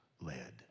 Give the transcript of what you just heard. led